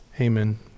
amen